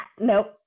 nope